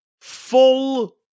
full